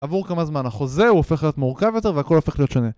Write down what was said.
עבור כמה זמן החוזה הוא הופך להיות מורכב יותר והכל הופך להיות שונה